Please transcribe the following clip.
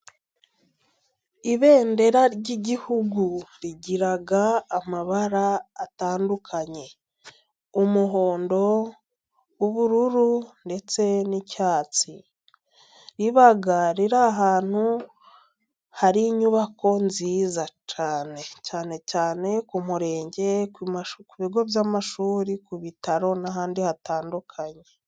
Ibendera ry'igihugu rigira amabara atandukanye. Umuhondo, ubururu ndetse n'icyatsi. Riba riri ahantu hari inyubako nziza cyane. Cyane cyane ku murenge, ku bigo by'amashuri, ku bitaro, n'ahandi hatandukanye.